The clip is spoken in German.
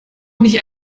nicht